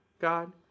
God